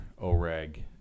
oreg